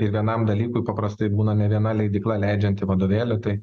ir vienam dalykui paprastai būna ne viena leidykla leidžianti vadovėlį tai